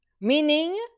Meaning